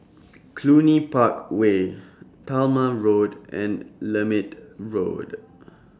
Cluny Park Way Talma Road and Lermit Road